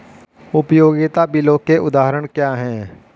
उपयोगिता बिलों के उदाहरण क्या हैं?